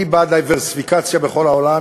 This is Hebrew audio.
אני בעד דיוורסיפיקציה בכל העולם.